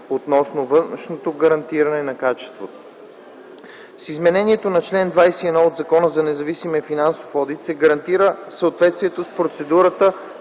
относно външното гарантиране на качеството. С изменението на чл. 21а от Закона за независимия финансов одит се гарантира съответствието с процедурата